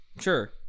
sure